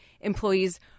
employees